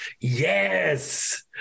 Yes